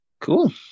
Cool